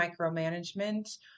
micromanagement